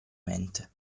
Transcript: mente